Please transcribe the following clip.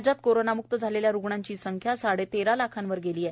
राज्यात कोरोनाम्क्त झालेल्या रुग्णांची संख्या साडे तेरा लाखावर गेली आहे